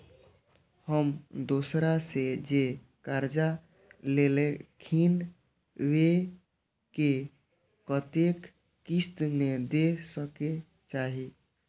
हम दोसरा से जे कर्जा लेलखिन वे के कतेक किस्त में दे के चाही?